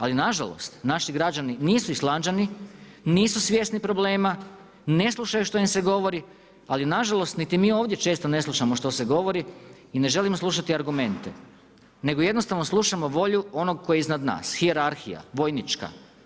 Ali nažalost naši građani nisu Islanđani, nisu svjesni problema, ne slušaju što im se govori ali nažalost niti mi ovdje često ne slušamo što se govori i ne želimo slušati argumente nego jednostavno slušamo volju onog koji je iznad nas, hijerarhija, vojnička.